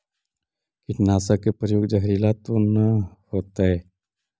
कीटनाशक के प्रयोग, जहरीला तो न होतैय?